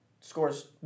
Scores